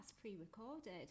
pre-recorded